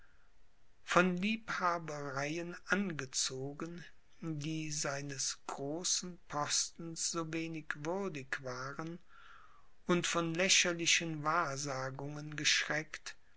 von liebhabereien angezogen die seines großen postens so wenig würdig waren und von lächerlichen wahrsagungen geschreckt